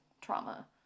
trauma